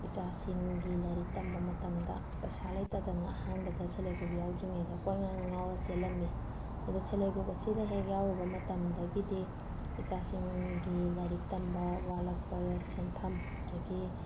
ꯏꯆꯥꯁꯤꯡꯒꯤ ꯂꯥꯏꯔꯤꯛ ꯇꯝꯕ ꯃꯇꯝꯗ ꯄꯩꯁꯥ ꯂꯩꯇꯗꯅ ꯑꯍꯥꯟꯕꯗ ꯁꯦꯜꯐ ꯍꯦꯜꯞ ꯒ꯭ꯔꯨꯞ ꯌꯥꯎꯗ꯭ꯔꯤꯉꯩꯗ ꯀꯣꯏꯉꯥꯎ ꯉꯥꯎꯔꯒ ꯆꯦꯜꯂꯝꯃꯤ ꯑꯗꯨ ꯁꯦꯜꯐ ꯍꯦꯜꯞ ꯒ꯭ꯔꯨꯞ ꯑꯁꯤꯗ ꯍꯦꯛ ꯌꯥꯎꯔꯨꯕ ꯃꯇꯝꯗꯒꯤꯗꯤ ꯏꯆꯥꯁꯤꯡꯒꯤ ꯂꯥꯏꯔꯤꯛ ꯇꯝꯕ ꯋꯥꯠꯂꯛꯄꯒ ꯁꯦꯟꯐꯝ ꯑꯗꯒꯤ